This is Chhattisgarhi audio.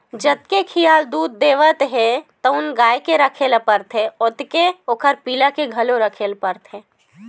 जतके खियाल दूद देवत हे तउन गाय के राखे ल परथे ओतके ओखर पिला के घलो राखे ल परथे